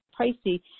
pricey